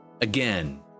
Again